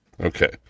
Okay